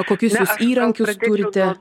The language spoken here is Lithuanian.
kokius jus įrankius turite